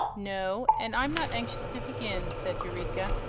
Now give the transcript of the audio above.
no, and i'm not anxious to begin, said eureka.